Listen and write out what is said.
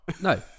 No